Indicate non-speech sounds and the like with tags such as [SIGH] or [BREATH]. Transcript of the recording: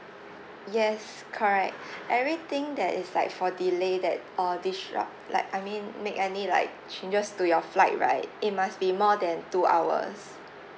yes correct [BREATH] everything that is like for delay that uh disrupt like I mean make any like changes to your flight right it must be more than two hours